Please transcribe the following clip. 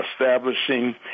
establishing